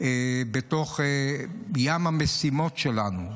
בתוך ים המשימות שלנו.